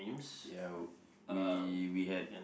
ya we we had